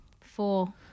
Four